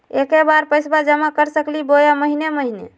एके बार पैस्बा जमा कर सकली बोया महीने महीने?